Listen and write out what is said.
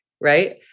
right